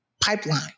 pipeline